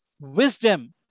wisdom